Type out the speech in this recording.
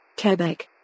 Quebec